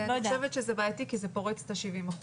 ואני חושבת שזה בעייתי כי זה פורץ את ה-70%,